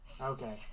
Okay